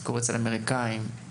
אצל האמריקאים,